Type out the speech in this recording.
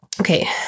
Okay